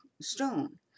stone